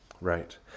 Right